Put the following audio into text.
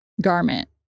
garment